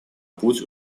путь